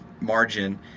margin